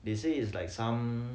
they say it's like some